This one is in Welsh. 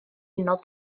unol